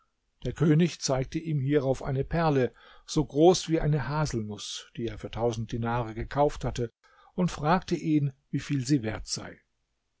der könig zeigte ihm hierauf eine perle so groß wie eine haselnuß die er für tausend dinare gekauft hatte und fragte ihn wieviel sie wert sei